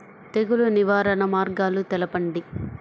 తెగులు నివారణ మార్గాలు తెలపండి?